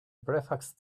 breakfast